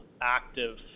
active